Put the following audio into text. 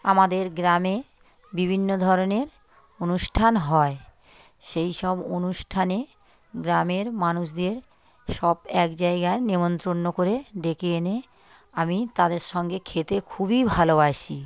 আমাদের গ্রামে বিভিন্ন ধরনের অনুষ্ঠান হয় সেই সব অনুষ্ঠানে গ্রামের মানুষদের সব এক জায়গায় নেমন্ত্রন্ন করে ডেকে এনে আমি তাদের সঙ্গে খেতে খুবই ভালোবাসি